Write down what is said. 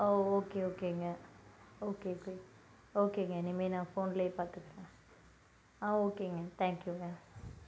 ஓ okay ஓகேங்க okay okay ஓகேங்க இனிமேல் நான் ஃபோன்லேயே பார்த்துக்குறன் ஆ ஓகேங்க தேங்க் யூங்க